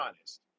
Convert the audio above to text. honest